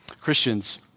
Christians